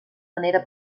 manera